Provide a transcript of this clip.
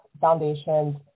foundations